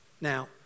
Now